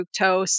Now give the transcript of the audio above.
fructose